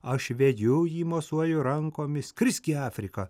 aš veju jį mosuoju rankomis skrisk į afriką